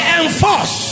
enforce